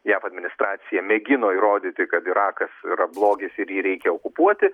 jav administracija mėgino įrodyti kad irakas yra blogis ir jį reikia okupuoti